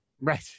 Right